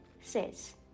says